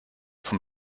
vom